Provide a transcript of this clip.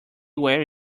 where